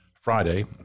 Friday